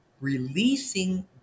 releasing